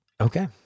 Okay